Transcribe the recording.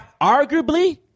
Arguably